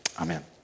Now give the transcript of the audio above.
amen